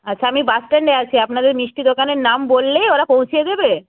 আচ্ছা আমি বাসস্ট্যান্ডে আছি আপনাদের মিষ্টির দোকানের নাম বললেই ওরা পৌঁছিয়ে দেবে